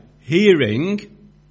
hearing